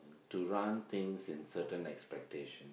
to run things in certain expectation